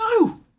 No